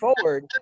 forward